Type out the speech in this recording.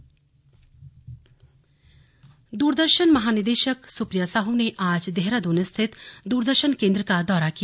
slug महानिदेशक द्रदर्शन महानिदेशक सुप्रिया साहू ने आज देहरादून स्थित दूरदर्शन केन्द्र का दौरा किया